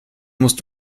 musst